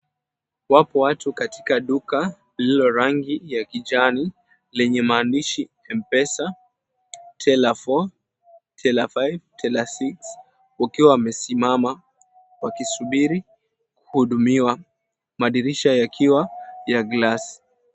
Wapo watu katika duka lililo rangi ya kijani lenye maandishi, M-pesa Tela 4, Tela 5, Tela 6 wakiwa wamesimama wakisubiri kuhudumiwa madirisha yakiwa ya glasi.